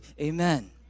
amen